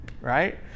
right